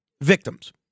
victims